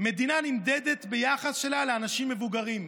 "מדינה נמדדת ביחס שלה לאנשים מבוגרים.